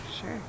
Sure